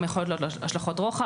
גם יכולות להיות לו השלכות רוחב.